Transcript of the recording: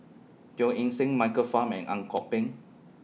Teo Eng Seng Michael Fam and Ang Kok Peng